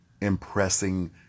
impressing